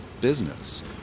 business